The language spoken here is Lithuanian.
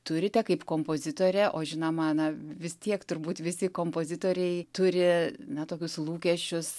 turite kaip kompozitorė o žinoma na vis tiek turbūt visi kompozitoriai turi na tokius lūkesčius